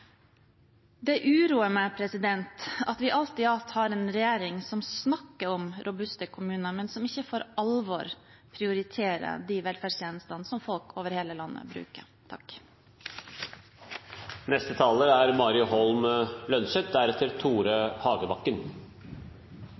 Det uroer meg at vi alt i alt har en regjering som snakker om robuste kommuner, men som ikke for alvor prioriterer de velferdstjenestene som folk over hele landet bruker. Mangler vi et godt sted å bo, er